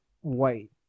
white